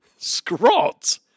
Scrot